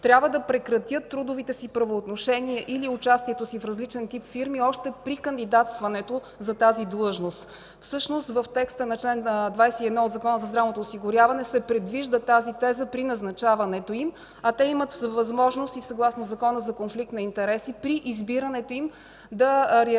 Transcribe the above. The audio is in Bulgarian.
трябва да прекратят трудовите си правоотношения или участието си в различен тип фирми още при кандидатстването за тази длъжност. Всъщност в текста на чл. 21 от Закона за здравното осигуряване се предвижда тази теза при назначаването им, а те имат възможност и съгласно Закона за конфликт на интереси при избирането им да реагират